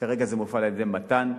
כרגע זה מופעל על-ידי מת"ן,